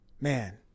man